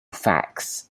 facts